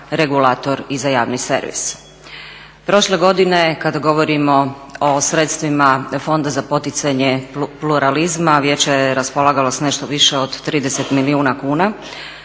regulator i za javni servis prošle godine kada govorimo o sredstvima Fonda za poticanje pluralizma vijeće je raspolagalo s nešto više od 30 milijuna kuna